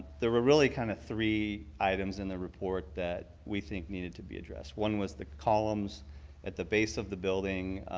there were really kind of three items in the report that we think needed to be addressed and one was the columns at the bass of the building,